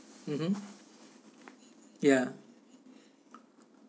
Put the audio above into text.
mmhmm ya